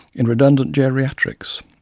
in redundant geriatrics.